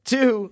Two